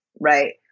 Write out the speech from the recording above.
right